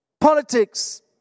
Politics